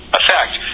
effect